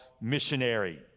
missionary